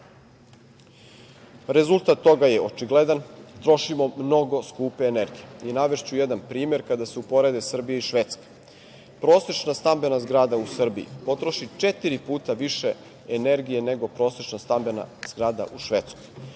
toga je očigledan. Trošimo mnogo skupe energije. Navešću jedan primer. Kada se uporede Srbija i Švedska, prosečna stambena zgrada u Srbiji potroši četiri puta više energije nego prosečna stambena zgrada u Švedskoj,